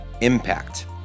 impact